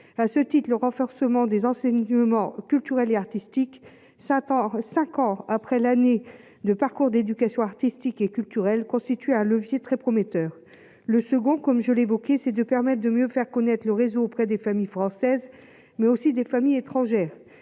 à ce titre-le renforcement des enseignements culturels et artistiques s'attend 5 ans après l'année de parcours d'éducation artistique et culturelle constitue un levier très prometteur, le second comme je l'ai évoqué ces deux permettent de mieux faire connaître le réseau auprès des familles françaises, mais aussi des familles étrangères